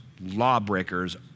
lawbreakers